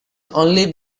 only